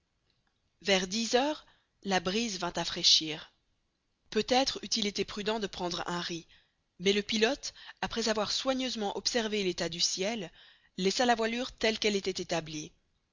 vers dix heures la brise vint à fraîchir peut-être eût-il été prudent de prendre un ris mais le pilote après avoir soigneusement observé l'état du ciel laissa la voilure telle qu'elle était établie